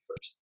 first